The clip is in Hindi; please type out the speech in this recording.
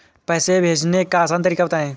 पैसे भेजने का आसान तरीका बताए?